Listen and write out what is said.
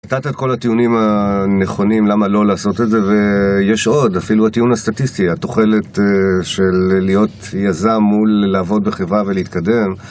נתת את כל הטיעונים הנכונים למה לא לעשות את זה ויש עוד, אפילו הטיעון הסטטיסטי, התוחלת של להיות יזם מול לעבוד בחברה ולהתקדם